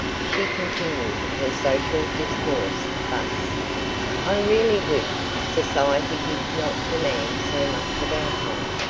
she continued her social discourse thus i really wish society did not demand so much of our time,